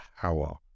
power